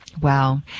Wow